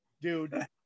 Dude